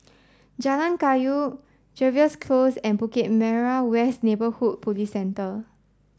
Jalan Kayu Jervois Close and Bukit Merah West Neighbourhood Police Centre